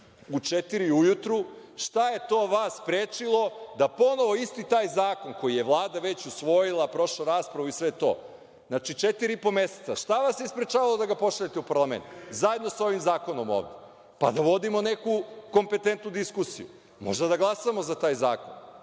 ujutru, šta je to vas sprečilo da ponovo isti taj zakon koji je Vlada već usvojila, prošla raspravu i sve to, znači četiri i po meseca, šta vas je sprečavalo da ga pošaljete u parlament? Zajedno sa ovim zakonom ovde, pa da vodimo neku kompetentnu diskusiju, možda da glasamo za taj